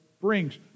brings